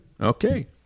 Okay